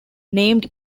named